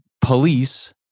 police